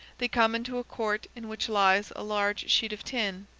they come into a court in which lies a large sheet of tin.